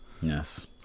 Yes